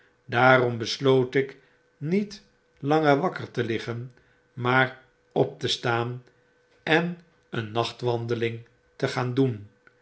daarom besloot ik niet langer wakker te liggen maar op te staan en een nachtwandeling te gaan doen